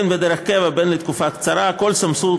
בין דרך קבע ובין לתקופה קצובה, כל סמכות